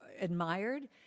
admired